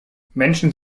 menschen